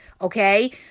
okay